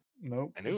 Nope